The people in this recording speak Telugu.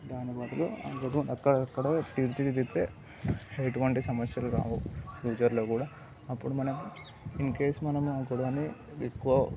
దాని బదులు అందరు అక్కడికిఅక్కడే తీర్చిదిద్దితే ఎటువంటి సమస్యలు రావు ఫ్యూచర్లో కూడా అప్పుడు మనం ఇంకేస్ మనం నేను ఆ గొడవని ఎక్కువ